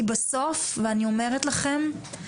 כי בסוף, ואני אומרת לכם,